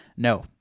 No